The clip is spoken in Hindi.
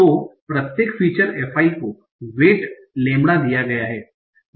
तो प्रत्येक फीचर f i को वेट लैम्ब्डा दिया गया है